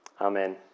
Amen